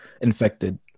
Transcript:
infected